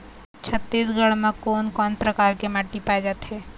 छत्तीसगढ़ म कोन कौन प्रकार के माटी पाए जाथे?